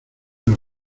los